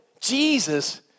Jesus